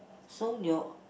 so your